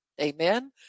Amen